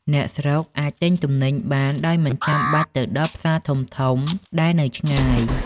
អ្នកស្រុកអាចទិញទំនិញបានដោយមិនចាំបាច់ទៅដល់ផ្សារធំៗដែលនៅឆ្ងាយ។